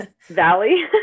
valley